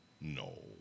No